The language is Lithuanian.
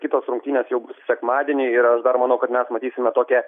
kitos rungtynės jau bus sekmadienį ir aš dar manau kad mes matysime tokią